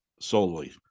solely